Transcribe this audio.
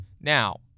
Now